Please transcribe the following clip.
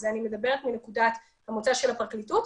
אני מדברת מנקודת המוצא של הפרקליטות.